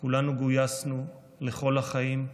"כולנו גויסנו לכל החיים,